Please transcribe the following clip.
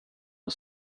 med